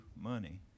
money